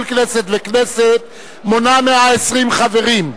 כל כנסת וכנסת מונה 120 חברים,